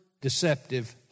deceptive